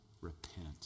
repent